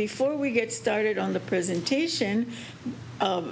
before we get started on the presentation